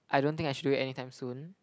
I don't think I should do it any time soon